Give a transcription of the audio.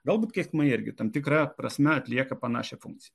galbūt keiksmai irgi tam tikra prasme atlieka panašią funkciją